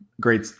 Great